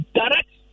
direct